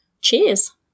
Cheers